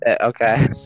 Okay